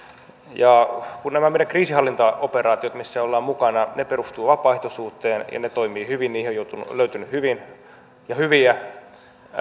ja kun nämä meidän kriisinhallintaoperaatiot missä ollaan mukana perustuvat vapaaehtoisuuteen ja ne toimivat hyvin niihin on löytynyt hyvin ja hyviä